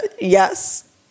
yes